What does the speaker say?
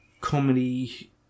comedy